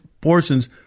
portions